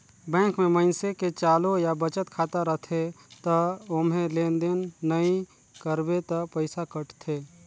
bank में मइनसे के चालू या बचत खाता रथे त ओम्हे लेन देन नइ करबे त पइसा कटथे